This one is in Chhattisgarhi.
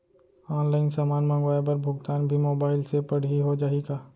ऑनलाइन समान मंगवाय बर भुगतान भी मोबाइल से पड़ही हो जाही का?